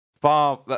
far